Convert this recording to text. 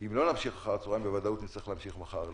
אם לא נמשיך אחר הצוהריים בוודאות נצטרך להמשיך מחר.